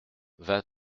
vingt